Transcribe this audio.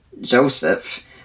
Joseph